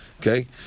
okay